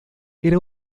era